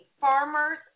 farmers